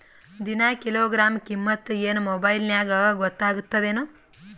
ದಿನಾ ಕಿಲೋಗ್ರಾಂ ಕಿಮ್ಮತ್ ಏನ್ ಮೊಬೈಲ್ ನ್ಯಾಗ ಗೊತ್ತಾಗತ್ತದೇನು?